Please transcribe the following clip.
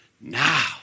now